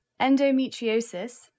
endometriosis